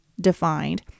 defined